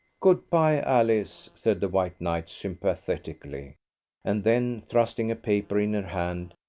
good-bye, alice, said the white knight sympathetically and then thrusting a paper in her hand,